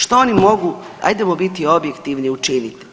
Što oni mogu, ajdemo biti objektivni, učiniti?